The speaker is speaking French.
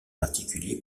particulier